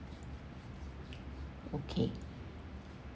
okay